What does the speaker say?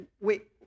Wait